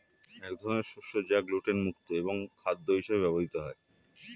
এক ধরনের শস্য যা গ্লুটেন মুক্ত এবং খাদ্য হিসেবে ব্যবহৃত হয়